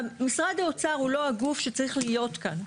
משרד האוצר הוא לא הגוף שצריך להיות כאן.